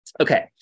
Okay